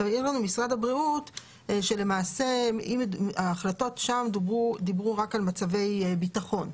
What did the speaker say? העיר לנו משרד הבריאות שלמעשה ההחלטות שם דיברו רק על מצבי ביטחון.